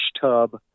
tub